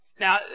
Now